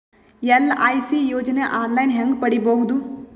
LIC ಯೋಜನೆ online ಹೇಂಗ ಪಡಿಬಹುದು?